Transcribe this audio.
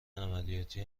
عملیاتی